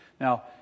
Now